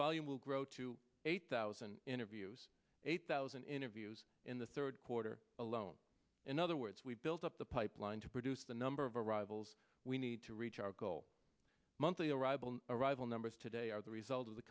volume will grow to eight thousand interviews eight thousand interviews in the third quarter alone in other words we've built up the pipeline to produce the number of arrivals we need to reach our goal monthly arrival arrival numbers today are the result of the